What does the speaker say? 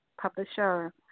publisher